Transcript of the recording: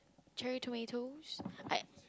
cherry tomatoes I